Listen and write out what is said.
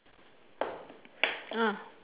ah